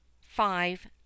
five